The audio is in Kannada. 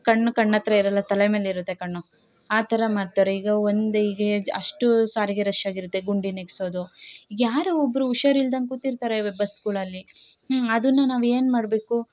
ಕಣ್ಣು ಕಣ್ಣಹತ್ರ ಇರೋಲ್ಲ ತಲೆ ಮೇಲೆ ಇರುತ್ತೆ ಕಣ್ಣು ಆ ಥರ ಮಾಡ್ತಾರೆ ಈಗ ಒಂದು ಈಗ ಅಷ್ಟು ಸಾರಿಗೆ ರಶ್ ಆಗಿರುತ್ತೆ ಗುಂಡಿ ನೆಗ್ಸೋದು ಯಾರೋ ಒಬ್ಬರು ಹುಷಾರ್ ಇಲ್ದಂಗೆ ಕೂತಿರ್ತಾರೆ ಬುಸ್ಗಳಲ್ಲಿ ಅದನ್ನ ನಾವು ಏನು ಮಾಡ್ಬೇಕು